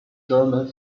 german